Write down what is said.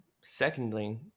Secondly